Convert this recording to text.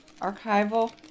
archival